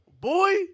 Boy